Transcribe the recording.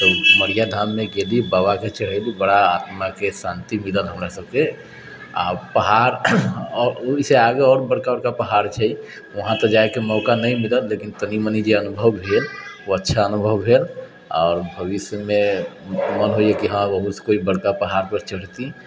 तऽ मढ़िया धाममे गेलि बाबाके चढ़ेलि बड़ा मनके शान्ति मिलल हमरा सभके आ पहाड़ ओहिसँ आगे आओर बड़का बड़का पहाड़ छै वहाँ पर जाइके मौका नहि मिलल लेकिन कनि मनि जे अनुभव भेल ओ अच्छा अनुभव भेल आओर भविष्यमे मन होइयै कि हँ ओहूसँ पैघ बड़का पहाड़ पर चढ़ती